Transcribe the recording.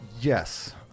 Yes